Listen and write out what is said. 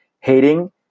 hating